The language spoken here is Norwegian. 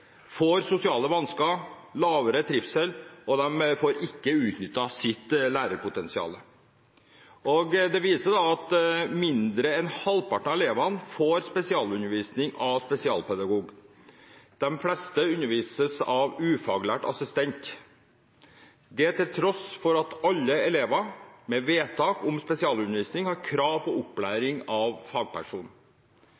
får sosiale vansker, lavere trivsel, og de får ikke utnyttet sitt lærepotensial. Det viser seg at færre enn halvparten av elevene får spesialundervisning av spesialpedagog. De fleste undervises av ufaglært assistent, til tross for at alle elever med vedtak om spesialundervisning har krav på